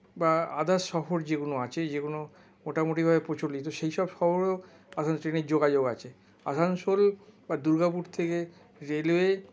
বা আদার্স শহর যেগুলো আছে যেগুলো মোটামুটি ভাবে প্রচলিত সেইসব শহরগুলো ট্রেনের যোগাযোগ আছে আসানসোল বা দুর্গাপুর থেকে রেলে